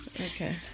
okay